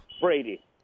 Brady